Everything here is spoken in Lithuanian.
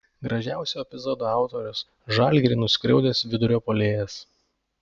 gražiausio epizodo autorius žalgirį nuskriaudęs vidurio puolėjas